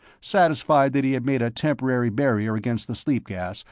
satisfied that he had made a temporary barrier against the sleep-gas,